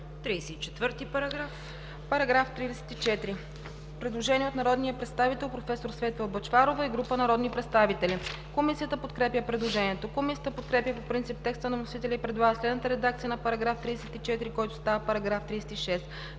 по чл. 137.“ По § 34 има предложение на народния представител професор Светла Бъчварова и група народни представители. Комисията подкрепя предложението. Комисията подкрепя по принцип текста на вносителя и предлага следната редакция на § 34, който става § 36: „§ 36.